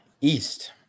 East